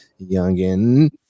youngin